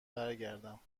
برگردم